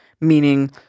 Meaning